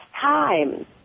time